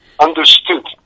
Understood